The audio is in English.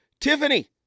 Tiffany